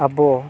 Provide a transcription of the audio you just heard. ᱟᱵᱚ